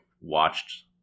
watched